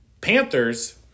Panthers